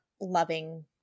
loving